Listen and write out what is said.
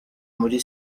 muri